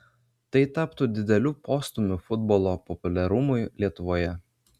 tai taptų dideliu postūmiu futbolo populiarumui lietuvoje